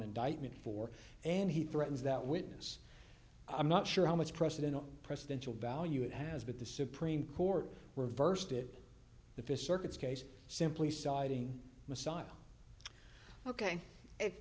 indictment for and he threatens that witness i'm not sure how much precedent presidential value it has but the supreme court reversed it the fist circuits case simply siding messiah ok